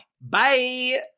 Bye